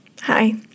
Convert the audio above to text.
Hi